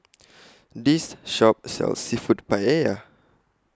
This Shop sells Seafood Paella